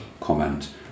comment